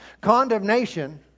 Condemnation